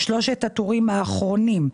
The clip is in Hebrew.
שלושת הטורים האחרונים: